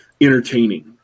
Entertaining